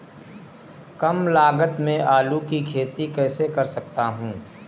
कम लागत में आलू की खेती कैसे कर सकता हूँ?